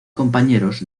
compañeros